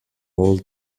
all